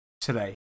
today